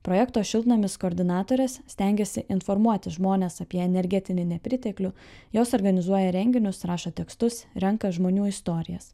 projekto šiltnamis koordinatorės stengiasi informuoti žmones apie energetinį nepriteklių jos organizuoja renginius rašo tekstus renka žmonių istorijas